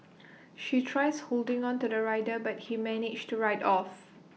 she tries holding on to the rider but he managed to ride off